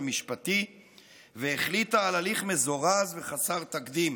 המשפטי והחליטה על הליך מזורז וחסר תקדים,